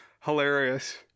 hilarious